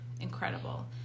incredible